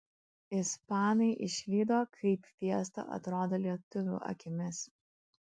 ispanai išvydo kaip fiesta atrodo lietuvių akimis